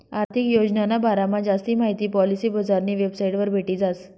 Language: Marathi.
आर्थिक योजनाना बारामा जास्ती माहिती पॉलिसी बजारनी वेबसाइटवर भेटी जास